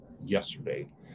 yesterday